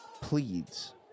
pleads